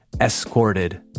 escorted